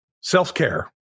Self-care